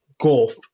Golf